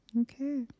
Okay